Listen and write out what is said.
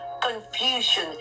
Confusion